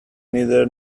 neither